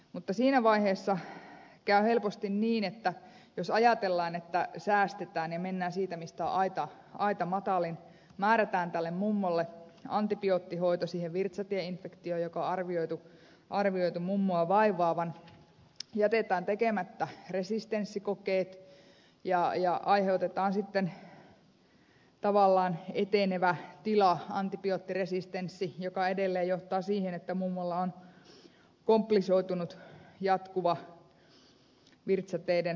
mutta siinä vaiheessa käy helposti niin että jos ajatellaan että säästetään ja mennään siitä mistä aita on matalin niin määrätään tälle mummolle antibioottihoito siihen virtsatieinfektioon jonka on arvioitu mummoa vaivaavan jätetään tekemättä resistenssikokeet ja aiheutetaan sitten tavallaan etenevä tila antibioottiresistenssi joka edelleen johtaa siihen että mummolla on komplisoitunut jatkuva virtsateiden tulehdus